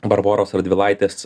barboros radvilaitės